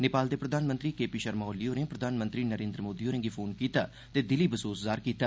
नेपाल दे प्रधानमंत्री केण्पीण् शर्मा ओली होरें प्रधानमंत्री नरेन्द्र मोदी होरें फोन कीता ते दिली बसोस जाह्न कीता